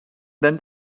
than